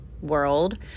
world